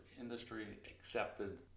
industry-accepted